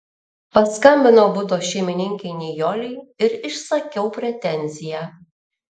paskambinau buto šeimininkei nijolei ir išsakiau pretenziją